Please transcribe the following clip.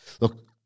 Look